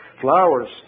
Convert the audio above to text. flowers